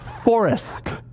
forest